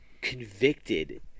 convicted